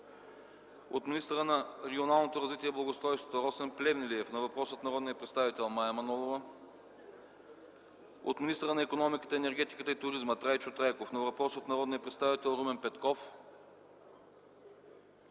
от министъра на регионалното развитие и благоустройството Росен Плевнелиев на въпрос от народния представител Мая Манолова; - от министъра на икономиката, енергетиката и туризма Трайчо Трайков на въпрос от народния представител Румен Петков;